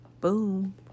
Boom